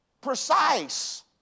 Precise